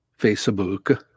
Facebook